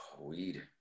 Weed